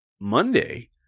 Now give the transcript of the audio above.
Monday